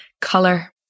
Color